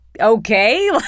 Okay